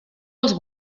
els